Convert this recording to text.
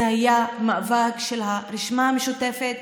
זה היה מאבק של הרשימה המשותפת,